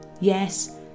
Yes